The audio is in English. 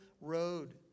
road